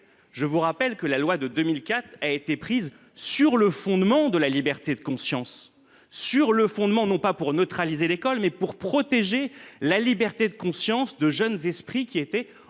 Je vous rappelle que cette loi a été prise sur le fondement de la liberté de conscience, non pas pour neutraliser l’école, mais pour protéger la liberté de conscience de jeunes esprits en